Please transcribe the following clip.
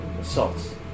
assaults